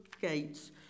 gates